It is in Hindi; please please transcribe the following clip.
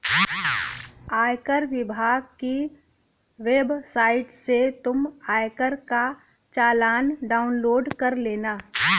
आयकर विभाग की वेबसाइट से तुम आयकर का चालान डाउनलोड कर लेना